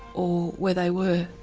or where they were.